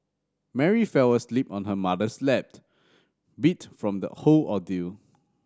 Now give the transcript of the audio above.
Mary fell asleep on her mother's lap beat from the whole ordeal